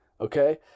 okay